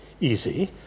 easy